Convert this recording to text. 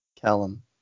Callum